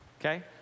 okay